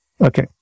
Okay